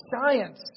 science